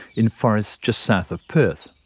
in forests just south of perth.